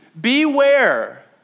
beware